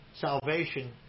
salvation